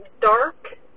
dark